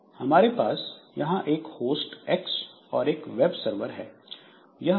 यहां हमारे पास एक होस्ट X और एक वेब सर्वर है